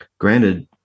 Granted